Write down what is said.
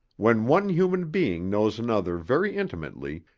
when one human being knows another very intimately,